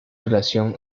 relación